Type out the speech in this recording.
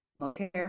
Okay